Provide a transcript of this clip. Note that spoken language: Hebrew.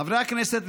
חברי הכנסת,